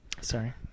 Sorry